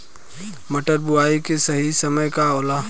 मटर बुआई के सही समय का होला?